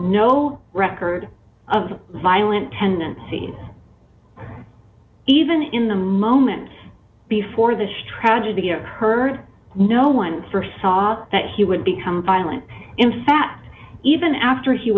no record of violent tendencies even in the moments before this tragedy occurred no one st saw that he would become violent in fact even after he